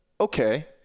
okay –